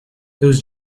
those